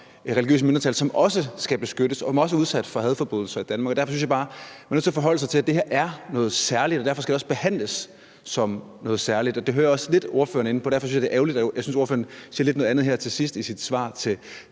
som også skal beskyttes, og som også er udsat for hadforbrydelser i Danmark. Og derfor synes jeg bare, at man er nødt til at forholde sig til, at det her er noget særligt, og at det derfor også skal behandles som noget særligt. Det hører jeg også at ordføreren er lidt inde på, og derfor synes jeg, det er ærgerligt, at ordføreren siger noget lidt andet her til sidst i sit svar til